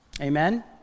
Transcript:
Amen